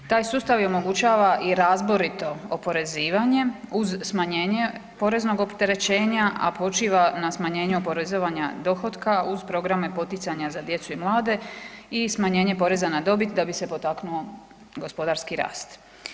Taj sustav omogućava i razborito oporezivanje uz smanjenje poreznog opterećenja, a počiva na smanjenju oporezovanja dohotka uz programa poticanja za djecu i mlade i smanjenje poreza na dobit da bi se potaknuo gospodarski rast.